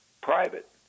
private